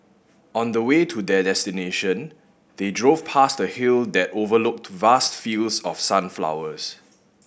on the way to their destination they drove past a hill that overlooked vast fields of sunflowers